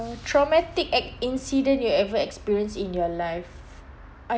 traumatic acc~ incident you ever experienced in your life I